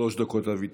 שלוש דקות לאבי.